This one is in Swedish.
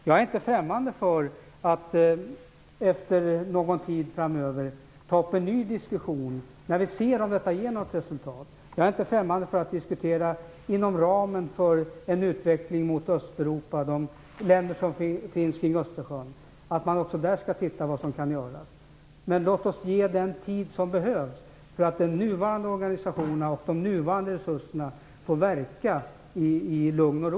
Jag är inte främmande för att efter någon tid ta upp en ny diskussion, när vi ser om detta ger något resultat. Jag är inte främmande för att diskutera vad som kan göras inom ramen för en utveckling mot Östeuropa och de länder som finns kring Östersjön. Men låt oss ge den tid som behövs för att de nuvarande organisationerna och de nuvarande resurserna får verka i lugn och ro.